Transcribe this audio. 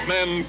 Men